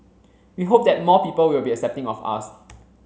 we hope that more people will be accepting of us